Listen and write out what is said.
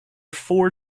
four